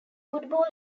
football